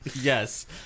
Yes